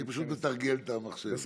אני פשוט מתרגל את המחשב.